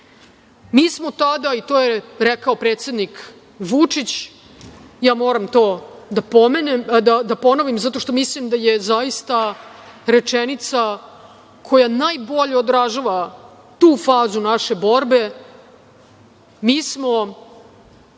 smo tada, i to je rekao predsednik Vučić, ja moram to da ponovim, zato što mislim da je to zaista rečenica koja najbolje odražava tu fazu naše borbe - mi smo